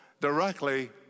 directly